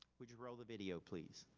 would you roll the video, please?